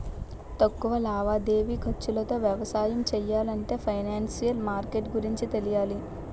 తక్కువ లావాదేవీ ఖర్చులతో వ్యాపారం చెయ్యాలంటే ఫైనాన్సిషియల్ మార్కెట్ గురించి తెలియాలి